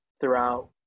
throughout